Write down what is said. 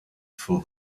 for